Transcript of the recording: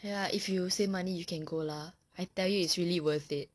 ya if you save money you can go lah I tell you it's really worth it